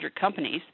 companies